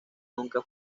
nunca